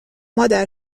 مادر